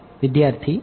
વિદ્યાર્થી હા